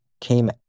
came